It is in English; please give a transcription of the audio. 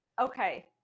Okay